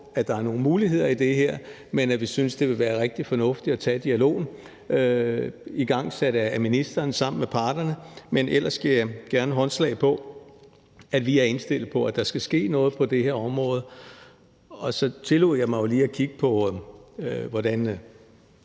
at der er nogle muligheder i det her, men at vi synes, at det ville være rigtig fornuftigt sammen med parterne at tage dialogen igangsat af ministeren. Men ellers giver jeg gerne håndslag på, at vi er indstillet på, at der skal ske noget på det her område. Og så tillod jeg mig jo lige at kigge på, hvordan